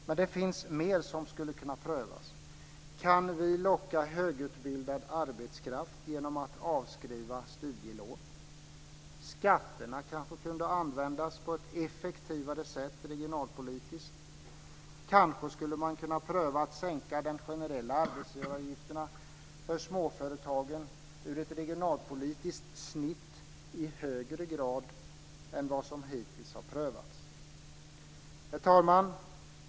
Men det finns mer som skulle kunna prövas. Kan vi locka högutbildad arbetskraft genom att avskriva studielån? Skatterna kunde kanske användas på ett effektivare sätt regionalpolitiskt. Kanske skulle man kunna pröva att sänka de generella arbetsgivaravgifterna för småföretagen ur ett regionalpolitiskt snitt i högre grad än vad som hittills har prövats. Herr talman!